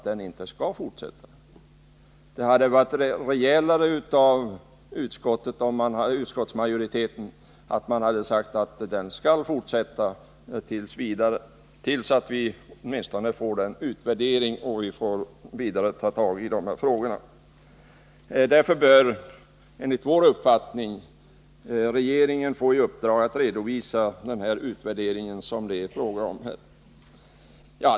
Det hade varit rejälare om utskottsmajoriteten sagt att den skall fortsätta t. v. eller åtminstone tills vi fått den utvärderad, så att vi kunde gripa oss an med frågorna. Enligt vår uppfattning bör regeringen få i uppdrag att redovisa den utvärdering som det är fråga om här.